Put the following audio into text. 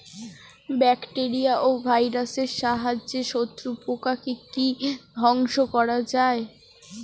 Bacteria ও ভাইরাসের সাহায্যে শত্রু পোকাকে কি ধ্বংস করা যায়?